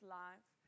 life